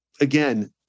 again